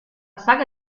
saga